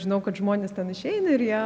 žinau kad žmonės ten išeina ir jie